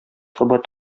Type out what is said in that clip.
кабат